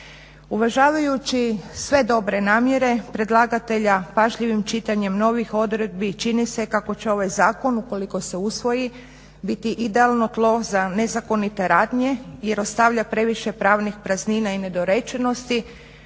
Uvažavajući sve dobre namjere pažljivim čitanjem novih odredbi čini se kako će ovaj zakon ukoliko se usvoji biti idealno tlo za nezakonite radnje jer ostavlja previše pravnih praznina i nedorečenosti